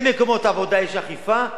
שאין מקומות עבודה ושיש אכיפה,